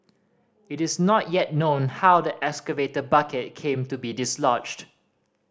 it is not yet known how the excavator bucket came to be dislodged